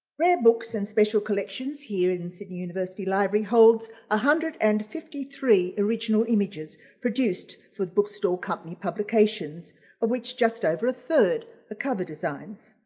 rare books and special collections here in sydney university library holds a hundred and fifty three original images produced for the bookstore company publications of which just over a third are cover designs